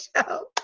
show